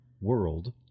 world